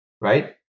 right